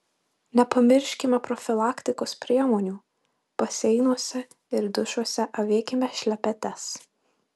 nepamirškime profilaktikos priemonių baseinuose ir dušuose avėkime šlepetes